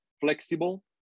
flexible